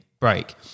break